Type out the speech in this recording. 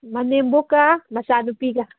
ꯃꯅꯦꯝꯕꯣꯛꯀ ꯃꯆꯥꯅꯨꯄꯤꯒ